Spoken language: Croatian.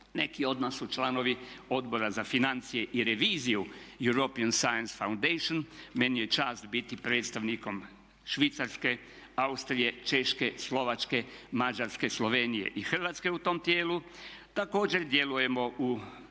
Neki od nas su članovi Odbora za financije i reviziju European Science Foundation. Meni je čast biti predstavnikom Švicarske, Austrije, Češke, Slovačke, Mađarske, Slovenije i Hrvatske u tom tijelu. Također djelujemo u